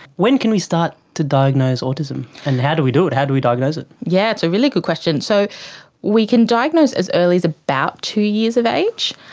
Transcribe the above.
when can we start to diagnose autism and how do we do it, how do we diagnose it? yes, yeah it's a really good question. so we can diagnose as early as about two years of age.